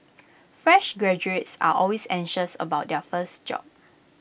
fresh graduates are always anxious about their first job